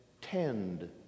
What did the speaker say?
Tend